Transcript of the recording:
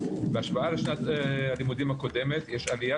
בהשוואה לשנת הלימודים הקודמת יש עלייה